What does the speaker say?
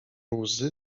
łzy